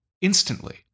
instantly